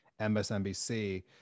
MSNBC